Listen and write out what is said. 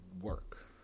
work